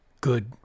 good